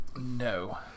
No